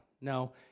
no